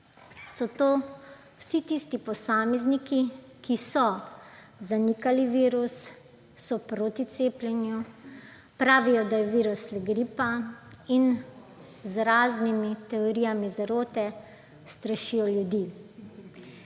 so to vsi tisti posamezniki, ki so zanikali virus, so proti cepljenju, pravijo, da je virus le gripa, in z raznimi teorijami zarote strašijo ljudi.